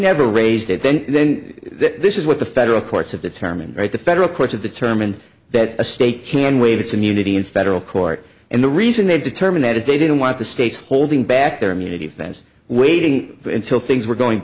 never raised it then then this is what the federal courts have determined right the federal courts have determined that a state can waive its immunity in federal court and the reason they determine that is they didn't want the states holding back their immunity fence waiting until things were going